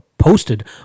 posted